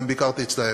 גם ביקרתי אצלם,